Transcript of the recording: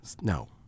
No